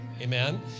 Amen